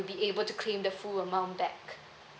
will be able to claim the full amount back